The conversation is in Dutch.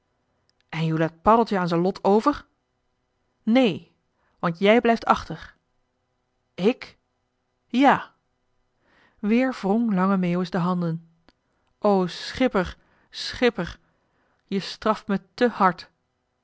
en joe laat paddeltje aan zijn lot over neen want jij blijft achter ik ja weer wrong lange meeuwis de handen o schipper schipper je straft me te hard